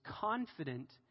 confident